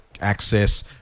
access